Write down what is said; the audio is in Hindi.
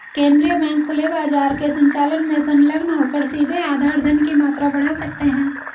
केंद्रीय बैंक खुले बाजार के संचालन में संलग्न होकर सीधे आधार धन की मात्रा बढ़ा सकते हैं